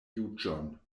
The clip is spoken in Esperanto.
juĝon